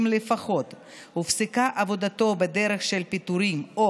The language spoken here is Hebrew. לפחות הופסקה עבודתו בדרך של פיטורים או